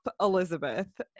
Elizabeth